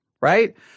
right